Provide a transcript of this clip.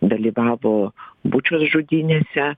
dalyvavo bučios žudynėse